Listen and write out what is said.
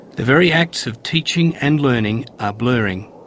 the very acts of teaching and learning are blurring.